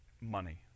money